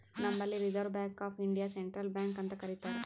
ನಂಬಲ್ಲಿ reserve bank of ಇಂಡಿಯಾಗೆ central bank ಅಂತ್ ಕರಿತಾರ್